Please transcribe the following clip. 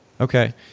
Okay